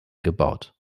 gebaut